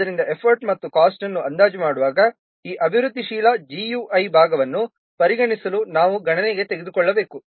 ಆದ್ದರಿಂದ ಎಫರ್ಟ್ ಮತ್ತು ಕಾಸ್ಟ್ ಅನ್ನು ಅಂದಾಜು ಮಾಡುವಾಗ ಈ ಅಭಿವೃದ್ಧಿಶೀಲ GUI ಭಾಗವನ್ನು ಪರಿಗಣಿಸಲು ನಾವು ಗಣನೆಗೆ ತೆಗೆದುಕೊಳ್ಳಬೇಕು